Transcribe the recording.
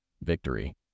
victory